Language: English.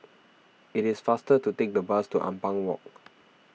it is faster to take the bus to Ampang Walk